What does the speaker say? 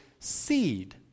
seed